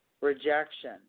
rejection